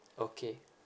okay